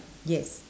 yes